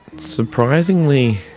surprisingly